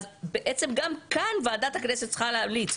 אז בעצם גם כאן ועדת הכנסת צריכה להמליץ.